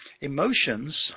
emotions